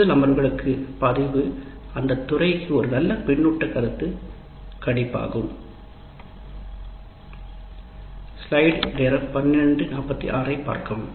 கூடுதல் அமர்வுகளின் பதிவு அந்தத் துறைக்கு ஒரு பின்னூட்டக் கருத்து கணிப்பாகும்